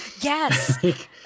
yes